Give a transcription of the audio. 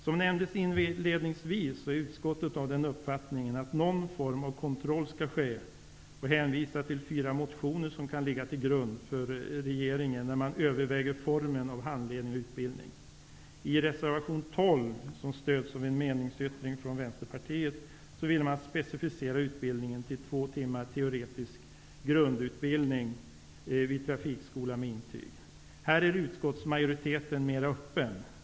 Som nämndes inledningsvis är utskottet av den uppfattningen att någon form av kontroll skall ske. Man hänvisar i detta sammanhang till fyra motioner som kan ligga till grund för regeringen när den skall överväga formen för handledning och utbildning. I reservation 12, som stöds av en meningsyttring från Vänsterpartiet, vill man specificera utbildningen till två timmars teoretisk grundutbildning vid trafikskola, varefter intyg utfärdas. Här är utskottsmajoriteten mer öppen.